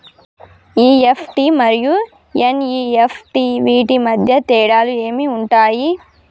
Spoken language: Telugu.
ఇ.ఎఫ్.టి మరియు ఎన్.ఇ.ఎఫ్.టి వీటి మధ్య తేడాలు ఏమి ఉంటాయి?